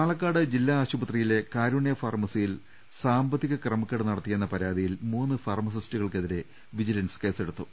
പാലക്കാട് ജില്ലാ ആശുപത്രിയില്ലെ കാരുണ്യ ഫാർമസിയിൽ സാമ്പത്തിക ക്രമക്കേട് നടത്തിയെന്നു പുരാതിയിൽ മൂന്ന് ഫാർമ സിസ്റ്റുകൾക്കെതിരെ വിജിലൻസ് കേസെടുത്തു